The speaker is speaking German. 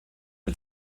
mit